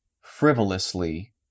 frivolously